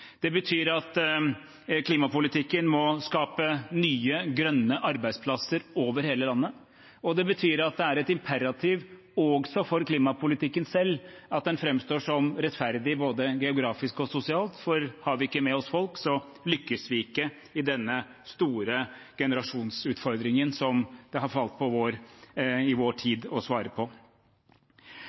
Det betyr at klimapolitikken må skape nye grønne arbeidsplasser over hele landet, og det betyr at det er et imperativ, også for klimapolitikken selv, at den framstår som rettferdig både geografisk og sosialt, for har vi ikke med oss folk, lykkes vi ikke i denne store generasjonsutfordringen som det har falt på oss i vår tid å svare på.